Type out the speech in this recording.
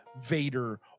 Vader